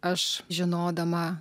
aš žinodama